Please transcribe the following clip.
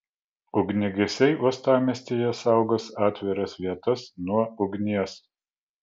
ugniagesiai uostamiestyje saugos atviras vietas nuo ugnies